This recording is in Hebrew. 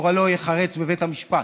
גורלו ייחרץ בבית המשפט.